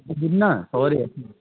না সবারই